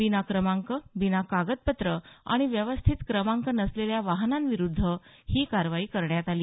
बिना क्रमांक बिना कागदपत्र आणि व्यवस्थित क्रमांक नसलेल्या वाहनांविरुद्ध ही कारवाई करण्यात आली